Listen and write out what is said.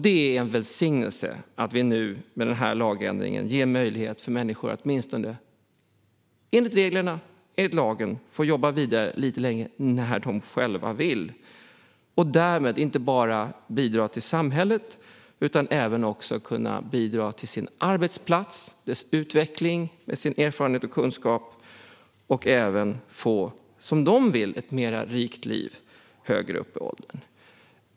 Det är en välsignelse att vi nu med denna lagändring ger möjlighet för människor att åtminstone enligt reglerna och lagen få jobba vidare lite längre när de själva vill. Därmed bidrar de inte bara till samhället utan kan även med sin erfarenhet och kunskap bidra till sin arbetsplats och dess utveckling. De får som de vill: en möjlighet till ett rikare liv högre upp i åldrarna.